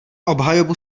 obhajobu